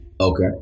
Okay